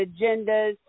agendas